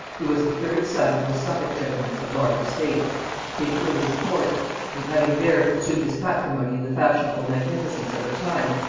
he was the third son of a suffolk gentleman of large estate came early to court and having there consumed his patrimony in the fashionable magnificence of the time,